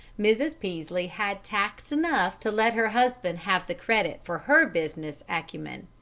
mrs. peaslee had tact enough to let her husband have the credit for her business acumen.